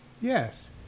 Yes